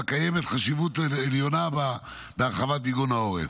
שבה קיימת חשיבות עליונה בהרחבת מיגון העורף.